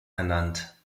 ernannt